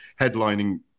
headlining